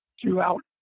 throughout